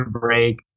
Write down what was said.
break